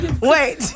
Wait